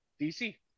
DC